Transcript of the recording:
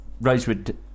rosewood